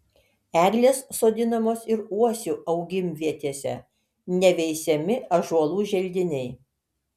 eglės sodinamos ir uosių augimvietėse neveisiami ąžuolų želdiniai